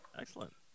Excellent